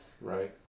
Right